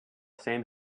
same